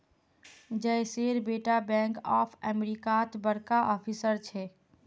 जयेशेर बेटा bank of अमेरिकात बड़का ऑफिसर छेक